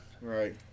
Right